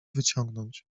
wyciągnąć